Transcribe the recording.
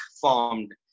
formed